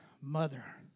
mother